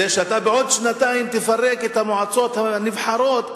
זה שבעוד שנתיים אתה תפרק את המועצות הנבחרות,